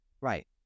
right